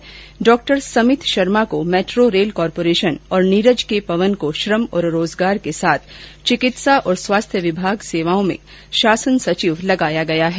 वहीं डॉ समित शर्मा को मेट्रो रेल कॉर्पोरेशन और नीरज के पवन को श्रम और रोजगार के साथ चिकित्सा और स्वास्थ्य सेवाओं में शासन सचिव लगाया गया है